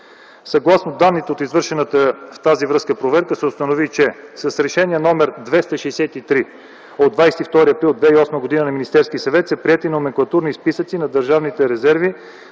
Съгласно данните от извършената в тази връзка проверка се установи, че с Решение № 263 от 22 април 2008 г. на Министерския съвет са приети номенклатурни списъци на държавните резерви,